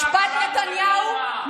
משפט נתניהו,